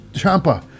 Champa